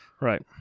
right